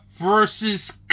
versus